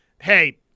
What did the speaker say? Hey